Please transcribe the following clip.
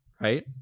right